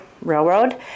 railroad